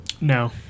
No